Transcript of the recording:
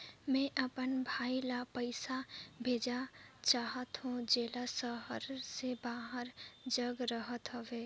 मैं अपन भाई ल पइसा भेजा चाहत हों, जेला शहर से बाहर जग रहत हवे